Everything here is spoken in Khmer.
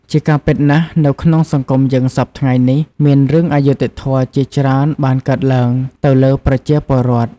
ជាការពិតណាស់នៅក្នុងសង្គមយើងសព្វថ្ងៃនេះមានរឿងអយុត្ដិធម៌ជាច្រើនបានកើតឡើងទៅលើប្រជាពលរដ្ឋ។